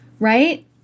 right